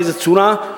באיזה צורה,